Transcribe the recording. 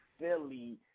Philly